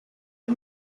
are